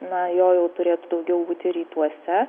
na jo jau turėtų daugiau būti rytuose